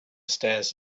stairs